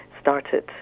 started